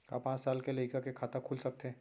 का पाँच साल के लइका के खाता खुल सकथे?